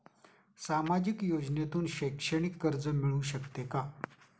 सामाजिक योजनेतून शैक्षणिक कर्ज मिळू शकते का?